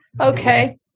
Okay